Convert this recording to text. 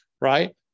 right